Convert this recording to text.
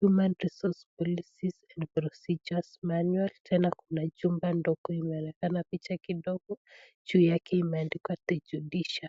human resource policies and procedures manual tena kuna chumba ndogo imeonekana picha kidogo juu yake imeandikwa the judicial .